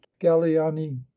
galliani